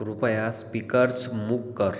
कृपया स्पीकर्स मूक कर